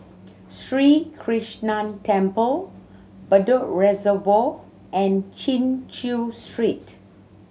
Sri Krishnan Temple Bedok Reservoir and Chin Chew Street